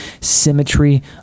symmetry